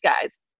guys